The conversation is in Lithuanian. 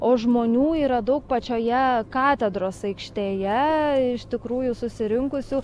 o žmonių yra daug pačioje katedros aikštėje iš tikrųjų susirinkusių